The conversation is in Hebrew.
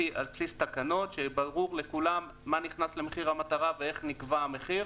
על בסיס תקנות שברור לכולם מה נכנס למחיר המטרה ואיך נקבע המחיר.